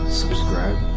subscribe